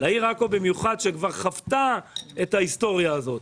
לעיר עכו במיוחד, שכבר חוותה את ההיסטוריה הזאת.